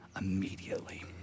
immediately